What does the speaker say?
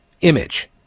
image